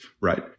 right